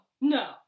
no